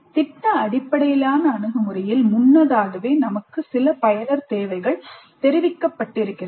திட்ட அடிப்படையிலான அணுகுமுறையில் முன்னதாகவே நமக்கு சில பயனர் தேவைகள் தெரிவிக்கப்பட்டிருக்கிறது